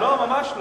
לא, ממש לא.